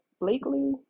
Blakely